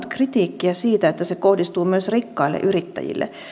kritiikkiä siitä että se kohdistuu myös rikkaille yrittäjille